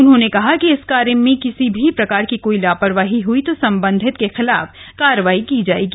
उन्होंने कहा कि इस कार्य में किसी भी प्रकार की कोई लापरवाही हई तो संबंधित के खिलाफ कार्रवाई की जायेगी